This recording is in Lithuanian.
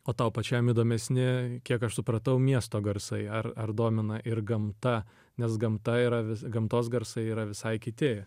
o tau pačiam įdomesni kiek aš supratau miesto garsai ar ar domina ir gamta nes gamta yra vis gamtos garsai yra visai kiti